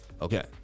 Okay